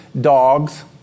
dogs